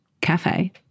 cafe